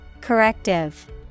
Corrective